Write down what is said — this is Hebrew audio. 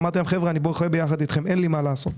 אמרתי להם שאני בוכה יחד איתם אבל אין לי מה לעשות.